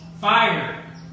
fire